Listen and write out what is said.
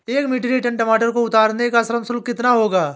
एक metric tonne टमाटर को उतारने का श्रम शुल्क कितना होगा?